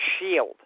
shield